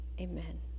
amen